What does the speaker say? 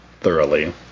thoroughly